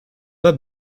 pas